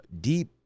deep